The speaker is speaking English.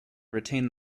retain